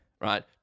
right